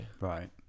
Right